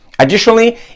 Additionally